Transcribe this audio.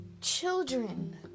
children